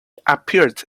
appeared